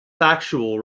factual